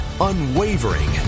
unwavering